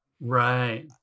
Right